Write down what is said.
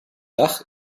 dach